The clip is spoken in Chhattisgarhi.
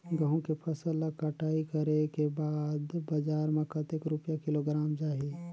गंहू के फसल ला कटाई करे के बाद बजार मा कतेक रुपिया किलोग्राम जाही?